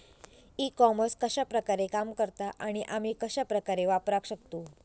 E commerce कश्या प्रकारे काम करता आणि आमी कश्या प्रकारे वापराक शकतू?